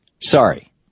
Sorry